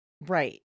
Right